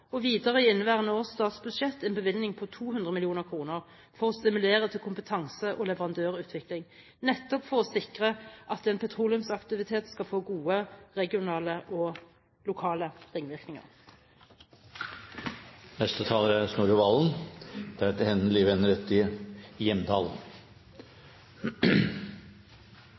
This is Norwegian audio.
og videre i inneværende års statsbudsjett en bevilgning på 200 mill. kr for å stimulere til kompetanse- og leverandørutvikling, nettopp for å sikre at en petroleumsaktivitet skal få gode regionale og lokale